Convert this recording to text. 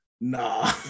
nah